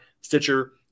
Stitcher